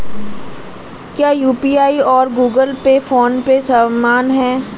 क्या यू.पी.आई और Google pay PhonePe समान हैं?